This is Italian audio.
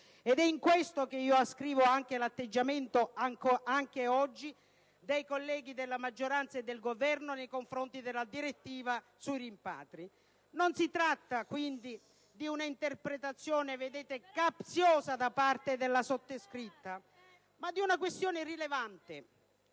In questo, ascrivo l'atteggiamento, anche oggi, dei colleghi della maggioranza e del Governo nei confronti della direttiva sui rimpatri. Non si tratta, quindi, di un'interpretazione capziosa della sottoscritta, ma di una questione rilevante,